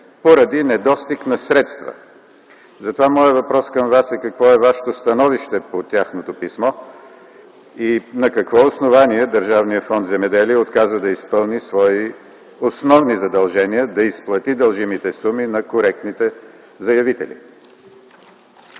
поради недостиг на средства. Моят въпрос към Вас е: какво е Вашето становище по тяхното писмо? На какво основание Държавен фонд “Земеделие” отказва да изпълни свои основни задължения: да изплати дължимите суми на коректните заявители?